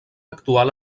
actual